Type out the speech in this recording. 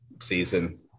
season